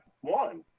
one